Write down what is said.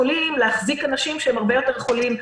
החולים להחזיק אנשים שהם הרבה יותר חולים,